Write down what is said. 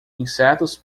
insetos